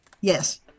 Yes